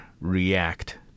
react